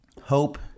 hope